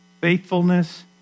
faithfulness